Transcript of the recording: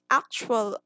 actual